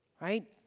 Right